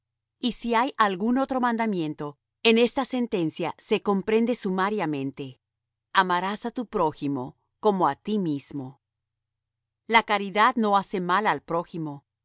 y si hay algún otro mandamiento en esta sentencia se comprende sumariamente amarás á tu prójimo como á ti mismo la caridad no hace mal al prójimo